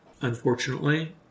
unfortunately